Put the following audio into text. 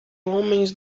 homens